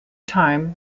time